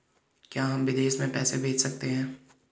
क्या हम विदेश में पैसे भेज सकते हैं?